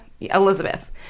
Elizabeth